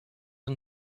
and